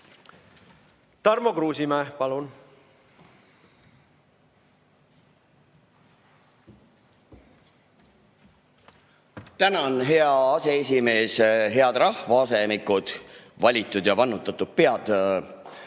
Tarmo Kruusimäe, palun! Tänan, hea aseesimees! Head rahvaasemikud, valitud ja vannutatud pead!